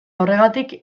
horregatik